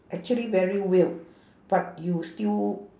actually very weird but you still